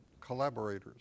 collaborators